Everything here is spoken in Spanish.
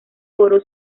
oro